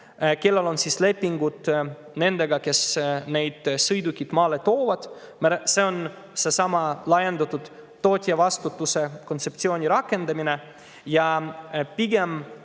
kellel on lepingud nendega, kes sõidukeid maale toovad. See on seesama laiendatud tootjavastutuse kontseptsiooni rakendamine. Praegu